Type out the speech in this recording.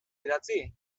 idatzi